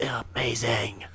amazing